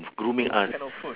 grooming us